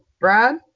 Brad